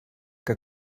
que